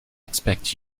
expect